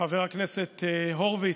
חבר הכנסת הורוביץ,